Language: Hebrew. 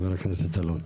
חבר הכנסת אלון.